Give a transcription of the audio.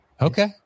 Okay